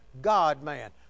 God-man